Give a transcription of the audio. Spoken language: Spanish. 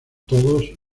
todos